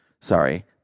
Sorry